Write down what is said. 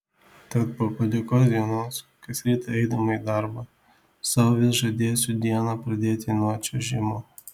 tad po padėkos dienos kas rytą eidama į darbą sau vis žadėsiu dieną pradėti nuo čiuožimo